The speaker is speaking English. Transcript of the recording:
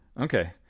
Okay